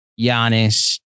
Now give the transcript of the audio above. Giannis